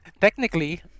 technically